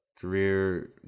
career